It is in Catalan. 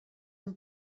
amb